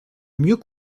mieux